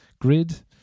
grid